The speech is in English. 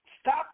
stop